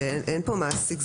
כאשר אין כאן מעסיק,